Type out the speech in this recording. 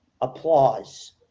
applause